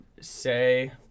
say